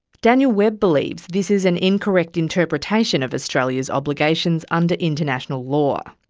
daniel webb believes this is an incorrect interpretation of australia's obligations under international law.